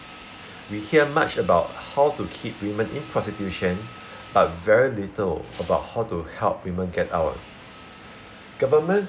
we hear much about how to keep women in prostitution but very little about how to help women get out governments